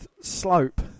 slope